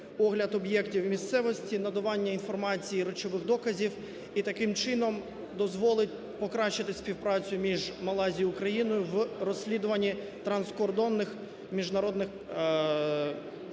огляд об'єктів місцевості, надавання інформації і речових доказів, і таким чином, дозволить покращити співпрацю між Малайзією та Україною у розслідуванні транскордонних міжнародних справ,